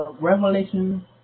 Revelation